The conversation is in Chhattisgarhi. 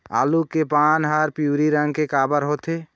आलू के पान हर पिवरी रंग के काबर होथे?